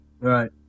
right